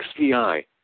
XVI